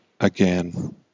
again